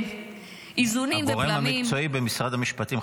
איזונים ובלמים --- הגורם המקצועי במשרד המשפטים,